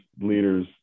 leaders